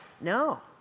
no